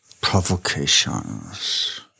Provocations